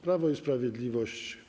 Prawo i Sprawiedliwość.